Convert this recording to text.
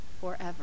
forever